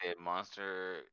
monster